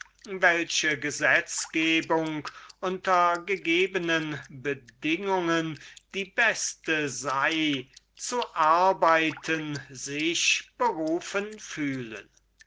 welche gesetzgebung unter gegebenen bedingungen die beste sei etwas beizutragen sich berufen fühlen